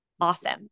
Awesome